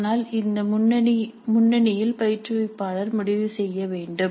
ஆனால் இந்த முன்னணியில் பயிற்றுவிப்பாளர் முடிவு செய்ய வேண்டும்